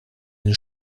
den